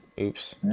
oops